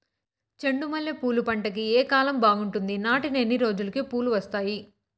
చెండు మల్లె పూలు పంట కి ఏ కాలం బాగుంటుంది నాటిన ఎన్ని రోజులకు పూలు వస్తాయి